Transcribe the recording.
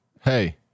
Hey